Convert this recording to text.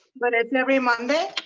but it's every monday?